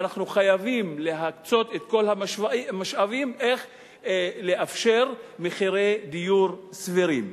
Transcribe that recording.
ואנחנו חייבים להקצות את כל המשאבים כדי לאפשר מחירי דיור סבירים.